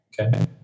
Okay